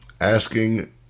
Asking